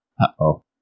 Uh-oh